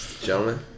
Gentlemen